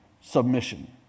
submission